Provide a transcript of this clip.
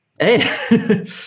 Hey